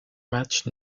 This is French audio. match